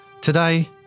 Today